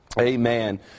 Amen